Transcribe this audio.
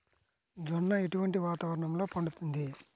జొన్న ఎటువంటి వాతావరణంలో పండుతుంది?